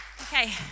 Okay